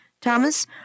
Thomas